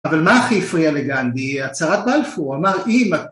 אבל מה הכי הפריע לגנדי, הצהרת בלפור, הוא אמר אם ה...